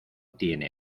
tiene